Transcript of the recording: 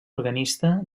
organista